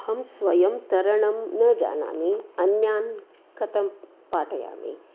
अहं स्वयं तरणं न जानामि अन्यान् कथं पाठयामि